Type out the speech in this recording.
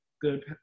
good